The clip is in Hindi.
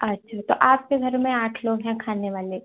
अच्छा तो आपके घर में आठ लोग हैं खाने वाले